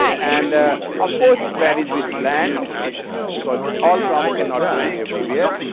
and of course, it varies with land because all crops cannot be in everywhere.